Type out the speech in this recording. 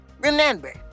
remember